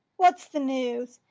what's the news?